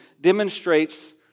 demonstrates